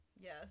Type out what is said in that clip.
yes